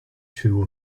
two